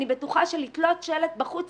אני בטוחה שלתלות שלט בחוץ,